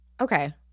Okay